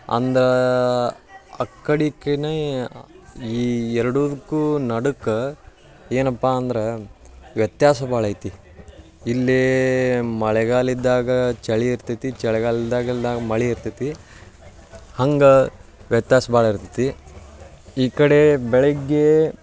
ಅಂದ್ರೆ ಆ ಕಡಿಗೆನೇ ಈ ಎರಡಕ್ಕೂ ನಡುಕ್ಕೆ ಏನಪ್ಪ ಅಂದ್ರೆ ವ್ಯತ್ಯಾಸ ಭಾಳ ಐತಿ ಇಲ್ಲಿ ಮಳೆಗಾಲಿದ್ದಾಗ ಚಳಿ ಇರ್ತೈತಿ ಚಳಿಗಾಲ್ದಾಗಿಲ್ದಾಗ ಮಳೆ ಇರ್ತೈತಿ ಹಂಗೆ ವ್ಯತ್ಯಾಸ ಭಾಳ ಇರ್ತೈತಿ ಈ ಕಡೆ ಬೆಳಗ್ಗೆ